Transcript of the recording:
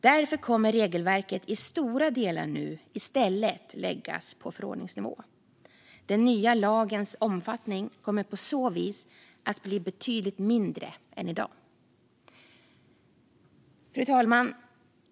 Därför kommer regelverket i stora delar nu i stället att läggas på förordningsnivå. Den nya lagens omfattning kommer på så vis att bli betydligt mindre än i dag.